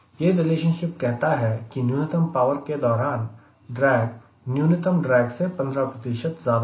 ये रिलेशनशिप कहता है कि न्यूनतम पावर के दौरान ड्रैग न्यूनतम ड्रैग से 15 ज्यादा है